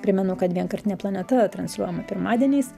primenu kad vienkartinė planeta transliuojama pirmadieniais